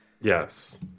Yes